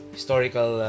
Historical